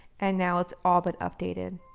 and now it's all been updated.